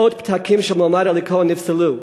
מאות פתקים של המועמד אלי כהן נפסלו,